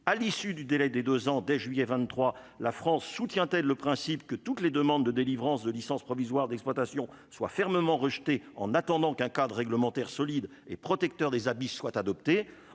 à l'issue du délai de 2 ans, dès juillet 23 la France soutient-elle le principe que toutes les demandes de délivrance de licence provisoire d'exploitation soit fermement rejeté en attendant qu'un cadre réglementaire solide et protecteur des habits soit adopté,